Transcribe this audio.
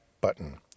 button